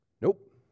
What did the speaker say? Nope